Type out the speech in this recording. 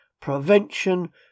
prevention